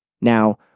Now